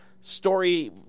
story